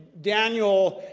daniel,